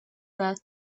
that